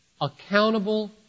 accountable